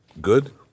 good